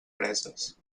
preses